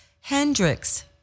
Hendrix